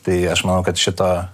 tai aš manau kad šito